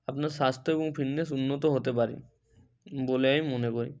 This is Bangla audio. আপনার স্বাস্থ্য এবং ফিটনেস উন্নত হতে পারে বলে আমি মনে করি